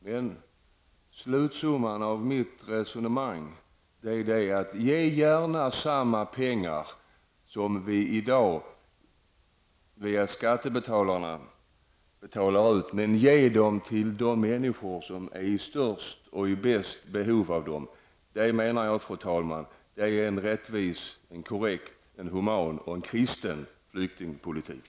Men slutsumman av mitt resonemang är: Ge gärna lika mycket pengar som vi i dag via skattebetalarna betalar ut, men ge dem till de människor som är i störst och bäst behov av dem. Fru talman! Jag menar att detta är en rättvis, korrekt, human och kristen flyktingpolitik.